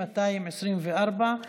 מס' 224,